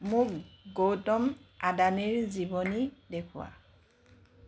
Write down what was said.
মোক গৌতম আদানীৰ জীৱনী দেখুওৱা